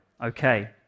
okay